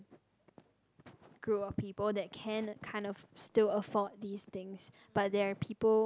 group of people that can like kind of still afford these things but there are people